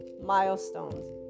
milestones